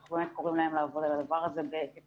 אנחנו באמת קוראים להם לעבוד על הדבר בהקדם.